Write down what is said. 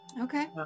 Okay